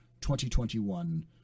2021